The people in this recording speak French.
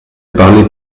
parlé